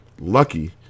lucky